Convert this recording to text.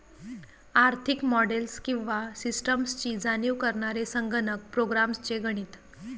आर्थिक मॉडेल्स किंवा सिस्टम्सची जाणीव करणारे संगणक प्रोग्राम्स चे गणित